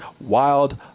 Wild